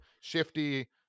shifty